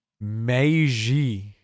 Meiji